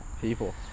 People